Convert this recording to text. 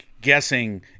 guessing